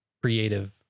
creative